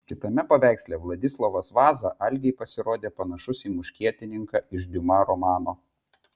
kitame paveiksle vladislovas vaza algei pasirodė panašus į muškietininką iš diuma romano